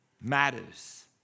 matters